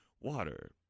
water